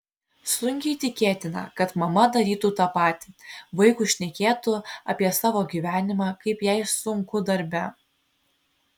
sunkiai tikėtina kad mama darytų tą patį vaikui šnekėtų apie savo gyvenimą kaip jai sunku darbe